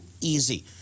easy